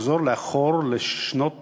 לחזור לאחור לשנות